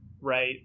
Right